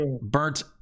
Burnt